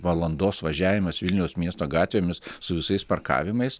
valandos važiavimas vilniaus miesto gatvėmis su visais parkavimas